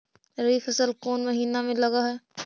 रबी फसल कोन महिना में लग है?